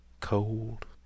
cold